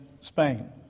Spain